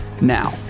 Now